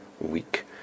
week